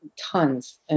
tons